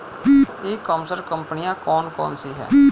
ई commerce कंपनियाँ कौन कौन सी हैं?